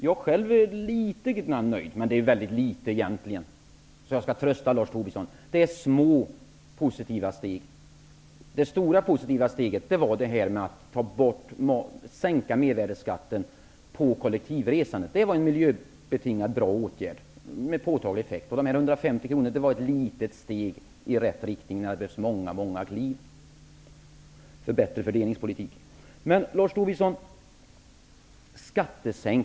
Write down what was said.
Jag själv är litet -- men egentligen mycket litet -- nöjd. Jag skall trösta Lars Tobisson: det är fråga om små positiva steg. Det stora positiva steget var att sänka mervärdesskatten på kollektivresandet. Det var en miljömässigt bra åtgärd med påtaglig effekt. De 150 kronorna var ett litet steg i rätt riktning när det hade behövts många kliv för en bättre fördelningspolitik. Lars Tobisson!